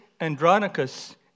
Andronicus